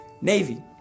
Navy